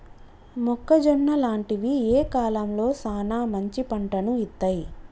మొక్కజొన్న లాంటివి ఏ కాలంలో సానా మంచి పంటను ఇత్తయ్?